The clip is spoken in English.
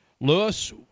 Lewis